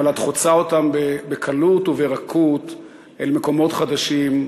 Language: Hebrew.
אבל את חוצה אותם בקלות וברכות אל מקומות חדשים,